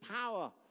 power